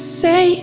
say